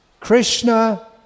Krishna